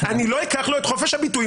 אני לא אקח לו את חופש הביטוי.